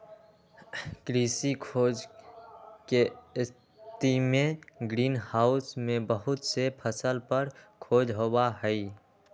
कृषि खोज के स्थितिमें ग्रीन हाउस में बहुत से फसल पर खोज होबा हई